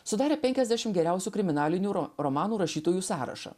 sudarė penkiasdešim geriausių kriminalinių ro romanų rašytojų sąrašą